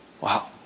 Wow